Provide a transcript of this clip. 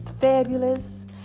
fabulous